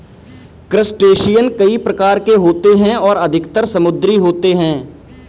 crustacean कई प्रकार के होते हैं और अधिकतर समुद्री होते हैं